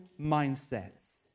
mindsets